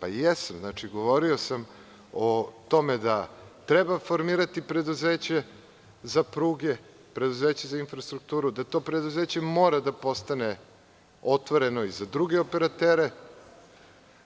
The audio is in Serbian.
Pa, jesam, govorio sam o tome da treba formirati preduzeće za pruge, preduzeće za infrastrukturu, da to preduzeće mora da postane otvoreno i za druge operatere,